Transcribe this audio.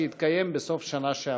שהתקיים בסוף השנה שעברה.